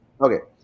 Okay